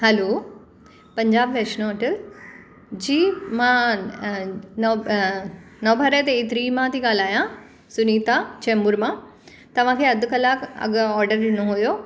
हलो Punjab Vaishno hotel ji मां Navbharat A three मां थी ॻाल्हायां सुनिता चेंबूर मां तव्हांखे अधु कलाकु अॻु ऑडर ॾिनो हुओ